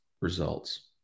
results